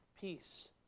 peace